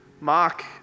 Mark